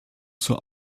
zur